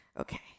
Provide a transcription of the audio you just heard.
Okay